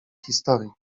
historii